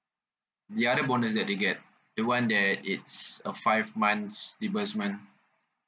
the other bonus that they get the one that it's a five months reimbursement